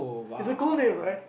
it's a cool name right